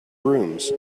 rooms